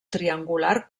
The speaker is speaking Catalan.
triangular